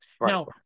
Now